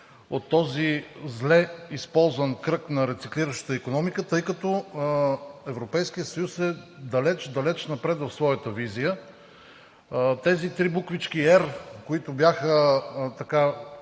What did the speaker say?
от този зле използван кръг на рециклиращата икономика, тъй като Европейският съюз е далеч, далеч напред в своята визия. Тези три буквички „R“, които бяха по